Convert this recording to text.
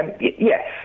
yes